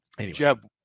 Jeb